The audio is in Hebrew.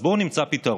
אז בואו נמצא פתרון.